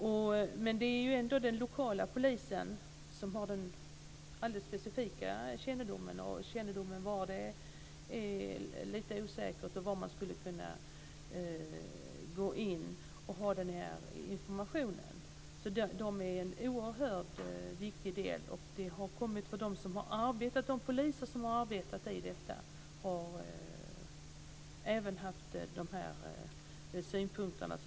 Men det är ändå den lokala polisen som har de alldeles specifika kännedomen om var det är lite osäkert och var man skulle kunna gå in och ha den här informationen. De är en oerhört viktig del i detta arbete. De poliser som har arbetat med detta har också haft de här synpunkterna.